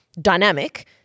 dynamic